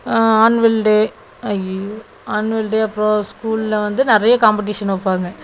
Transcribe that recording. annual day ஐயையோ annual day அப்புறம் ஸ்கூல்ல வந்து நிறைய காம்படிஷன் வைப்பாங்க